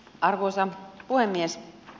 arvoisa puhemies